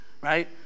right